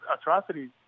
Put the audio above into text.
atrocities